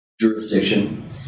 jurisdiction